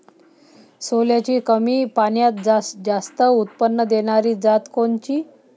सोल्याची कमी पान्यात जास्त उत्पन्न देनारी जात कोनची?